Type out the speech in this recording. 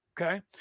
okay